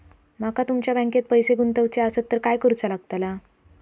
माका तुमच्या बँकेत पैसे गुंतवूचे आसत तर काय कारुचा लगतला?